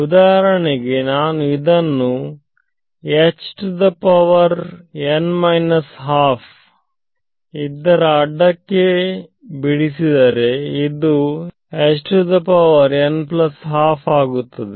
ಉದಾಹರಣೆಗೆ ನಾನು ಇದನ್ನು ಇದರ ಅಡ್ಡಕ್ಕೆ ಬಿಡಿಸಿದರೆ ಇದು ಆಗುತ್ತದೆ